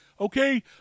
okay